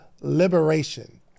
liberation